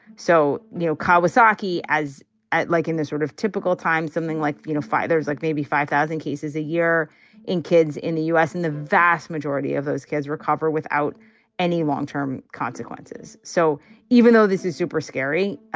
so no kawasaki as ah like liking this sort of typical time, something like, you know, fighters like maybe five thousand cases a year in kids in the u s. and the vast majority of those kids recover without any long term consequences. so even though this is super scary,